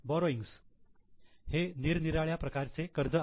borrowings हे निरनिराळ्या प्रकारचे कर्ज आहेत